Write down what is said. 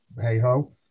hey-ho